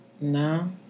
No